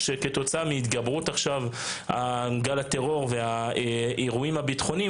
לפיו כתוצאה מהתגברות גל הטרור והאירועים הביטחוניים,